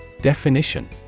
Definition